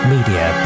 Media